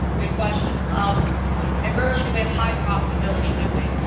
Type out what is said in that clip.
good question. um and rarely do we have high profitability, do we?